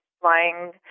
flying